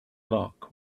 luck